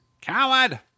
Coward